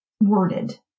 worded